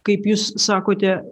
kaip jūs sakote